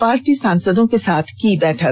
party सांसदों के साथ की बैठक